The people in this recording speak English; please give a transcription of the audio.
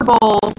Bowl